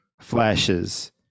flashes